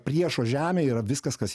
priešo žemė yra viskas kas